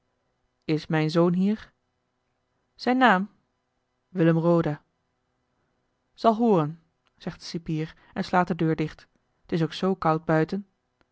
is mijn zoon hier zijn naam willem roda zal hooren zegt de cipier en slaat de deur dicht t is ook zoo koud buiten